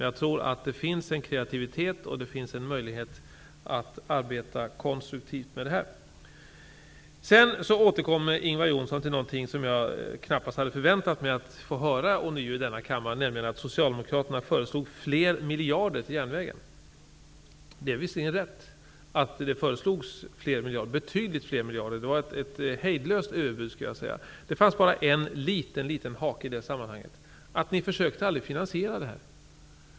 Jag tror att det finns en kreativitet och att det finns en möjlighet att arbeta konstruktivt med detta. Ingvar Johnsson återkommer till något som jag knappast hade förväntat mig att ånyo få höra i denna kammare, nämligen att Socialdemokraterna föreslog fler miljarder till järnvägen. Det är visserligen rätt att det föreslogs fler miljarder, betydligt fler miljarder. Det var ett hejdlöst överbud, skulle jag vilja säga. Det fanns bara en liten hake i det sammanhanget. Ni försökte aldrig finansiera detta.